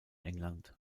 england